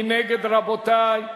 מי נגד, רבותי?